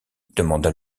demanda